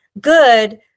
good